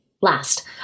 Last